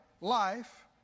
life